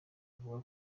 avuga